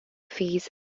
fees